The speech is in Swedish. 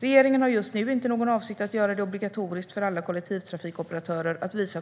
Regeringen har just nu inte någon avsikt att göra det obligatoriskt för alla kollektivtrafikoperatörer att visa